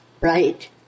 Right